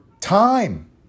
time